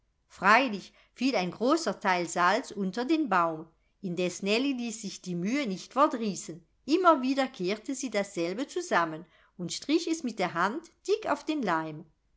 freilich fiel ein großer teil salz unter den baum indes nellie ließ sich die mühe nicht verdrießen immer wieder kehrte sie dasselbe zusammen und strich es mit der hand dick auf den leim